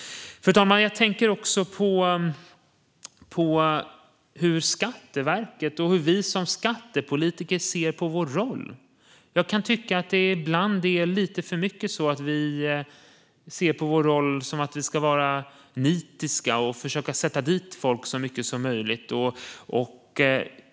Fru talman! Jag tänker också på hur Skatteverket och vi som skattepolitiker ser på vår roll. Jag kan tycka att det ibland är lite för mycket så att vi ser på vår roll som att vi ska vara nitiska och försöka sätta dit folk så mycket som möjligt.